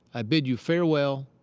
i bid you farewell,